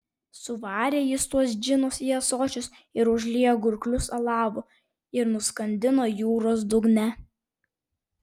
suvarė jis tuos džinus į ąsočius ir užliejo gurklius alavu ir nuskandino jūros dugne